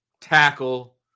tackle